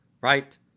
Right